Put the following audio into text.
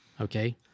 okay